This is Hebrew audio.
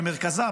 במרכזה,